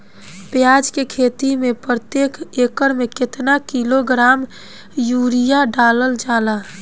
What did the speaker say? प्याज के खेती में प्रतेक एकड़ में केतना किलोग्राम यूरिया डालल जाला?